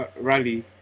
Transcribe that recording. rally